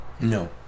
No